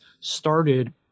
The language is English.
started